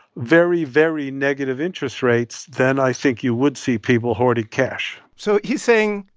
very, very negative interest rates, then i think you would see people hoarding cash so he's saying,